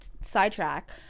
sidetrack